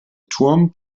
turm